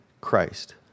Christ